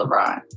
LeBron